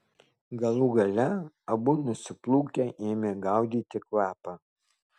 galų gale abu nusiplūkę ėmė gaudyti kvapą